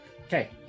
Okay